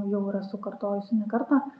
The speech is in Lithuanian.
jau ir esu kartojusi ne kartą